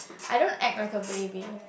I don't act like a baby